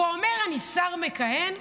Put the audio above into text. ואומר: אני שר מכהן,